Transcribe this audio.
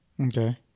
Okay